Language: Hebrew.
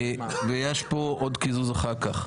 ויש פה עוד קיזוז אחר כך.